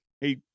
hey